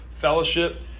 fellowship